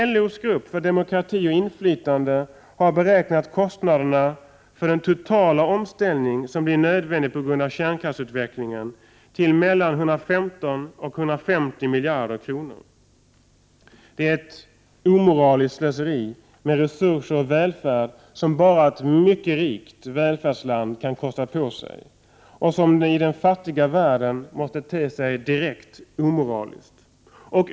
LO:s grupp för demokrati och inflytande har beräknat kostnaderna för den totala omställning som blir nödvändig på grund av kärnkraftsavvecklingen till mellan 115 och 150 miljarder kronor. Det är ett omoraliskt slöseri med resurs och välfärd som bara ett mycket rikt välfärdsland kan kosta på sig, och som i den fattiga världen måste te sig direkt omoraliskt.